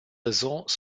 raisons